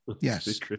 Yes